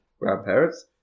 grandparents